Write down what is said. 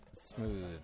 Smooth